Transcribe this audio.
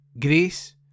Grace